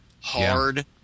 hard